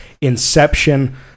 inception